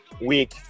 Week